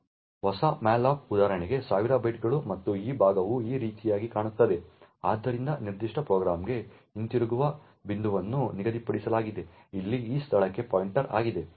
ಹೊಸ malloc ಉದಾಹರಣೆಗೆ 1000 ಬೈಟ್ಗಳು ಮತ್ತು ಈ ಭಾಗವು ಈ ರೀತಿಯಾಗಿ ಕಾಣುತ್ತದೆ ಆದ್ದರಿಂದ ನಿರ್ದಿಷ್ಟ ಪ್ರೋಗ್ರಾಂಗೆ ಹಿಂತಿರುಗುವ ಬಿಂದುವನ್ನು ನಿಗದಿಪಡಿಸಲಾಗಿದೆ ಇಲ್ಲಿ ಈ ಸ್ಥಳಕ್ಕೆ ಪಾಯಿಂಟರ್ ಆಗಿದೆ